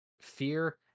fear